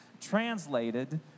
translated